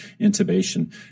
intubation